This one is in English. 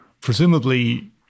presumably